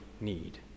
need